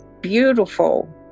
beautiful